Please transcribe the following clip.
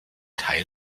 teil